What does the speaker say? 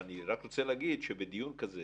ואני רק רוצה להגיד שבדיון כזה